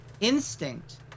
instinct